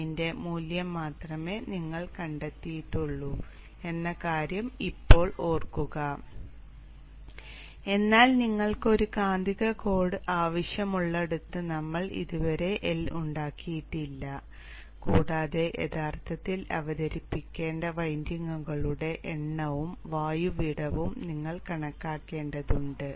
L ന്റെ മൂല്യം മാത്രമേ ഞങ്ങൾ കണ്ടെത്തിയിട്ടുള്ളൂ എന്ന കാര്യം ഇപ്പോൾ ഓർക്കുക എന്നാൽ നിങ്ങൾക്ക് ഒരു കാന്തിക കോഡ് ആവശ്യമുള്ളിടത്ത് നമ്മൾ ഇതുവരെ L ഉണ്ടാക്കിയിട്ടില്ല കൂടാതെ യഥാർത്ഥത്തിൽ അവതരിപ്പിക്കേണ്ട വൈൻഡിങ്ങുകളുടെ എണ്ണവും വായു വിടവും നിങ്ങൾ കണക്കാക്കേണ്ടതുണ്ട്